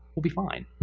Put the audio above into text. we'll be fine.